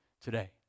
today